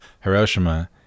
Hiroshima